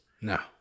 No